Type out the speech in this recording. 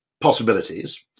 possibilities